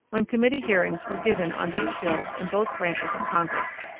when committee hearings were given on these bills in both branches of congress.